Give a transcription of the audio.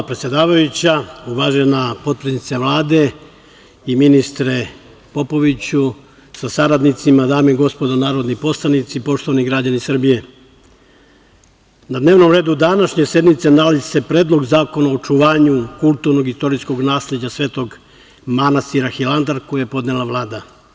Poštovana predsedavajuća, uvažena potpredsednice Vlade i ministre Popoviću sa saradnicima, dame i gospodo narodni poslanici, poštovani građani Srbije, na dnevnom redu današnje sednice nalazi se Predlog zakona o očuvanju kulturnog i istorijskog nasleđa Svetog manastira Hilandar, koji je podnela Vlada.